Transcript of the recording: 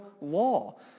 law